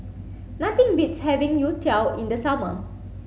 nothing beats having Youtiao in the summer